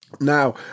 Now